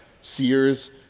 Sears